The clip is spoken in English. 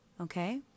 okay